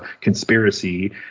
conspiracy